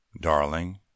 darling